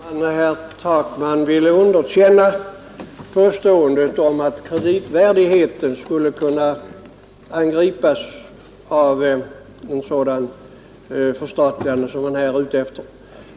Herr talman! Herr Takman ville underkänna påståendet att kreditvärdigheten skulle kunna påverkas av ett sådant förstatligande som man är ute efter.